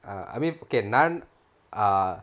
err I mean okay naan